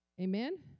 Amen